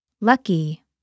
Lucky